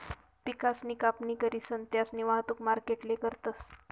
पिकसनी कापणी करीसन त्यास्नी वाहतुक मार्केटले करतस